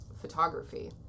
photography